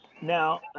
Now